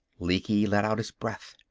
lecky let out his breath.